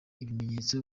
n’ibimenyetso